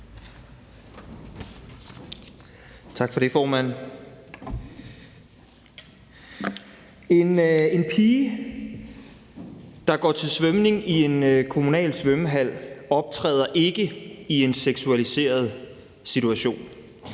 Tak for det, formand. En pige, der går til svømning i en kommunal svømmehal, optræder ikke i en seksualiseret situation.